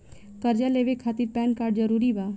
कर्जा लेवे खातिर पैन कार्ड जरूरी बा?